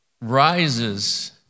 rises